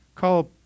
Call